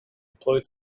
employed